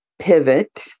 pivot